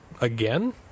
again